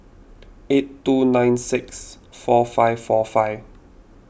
eight two nine six four five four five